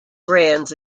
bands